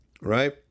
Right